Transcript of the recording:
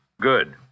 Good